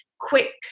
quick